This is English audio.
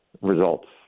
results